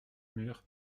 mur